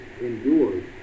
endured